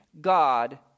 God